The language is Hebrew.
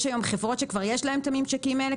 היום חברות שכבר יש להן את הממשקים האלה.